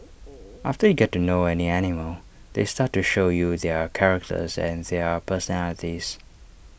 after you get to know any animal they start to show you their characters and their personalities